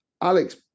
Alex